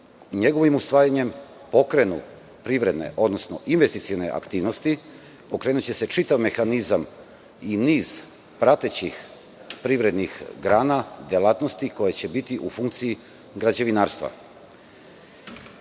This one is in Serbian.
njegovim usvajanjem pokrenu privredne, odnosno investicione aktivnosti. Pokrenuće se čitav mehanizam i niz pratećih privrednih grana, delatnosti, koje će biti u funkciji građevinarstva. Na